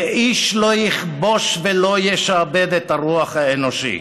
ואיש לא יכבוש ולא ישעבד את הרוח האנושי".